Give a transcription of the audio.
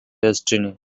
destiny